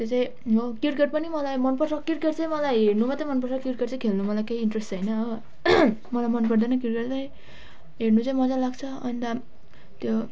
त्यो चाहिँ म क्रिकेट पनि मलाई मन पर्छ क्रिकेट चाहिँ मलाई हेर्नु मात्रै मन पर्छ क्रिकेट चाहिँ खेल्नु मलाई केही इन्ट्रेस्ट छैन हो मलाई मन पर्दैन क्रिकेट चाहिँ हेर्नु चाहिँ मजा लाग्छ अनि त त्यो